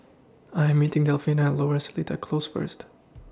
I Am meeting Delfina At Lower Seletar Close First